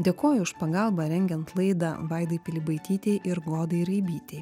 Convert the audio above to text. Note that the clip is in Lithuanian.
dėkoju už pagalbą rengiant laidą vaidai pilibaitytei ir godai raibytei